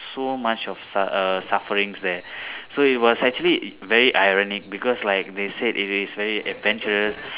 so much of suf~ err sufferings there so it was actually very ironic because like they said it is very adventurous